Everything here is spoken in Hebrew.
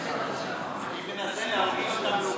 אני מנסה להרגיל אותם לאופוזיציה.